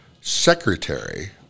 secretary